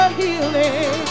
healing